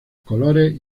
colores